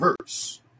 verse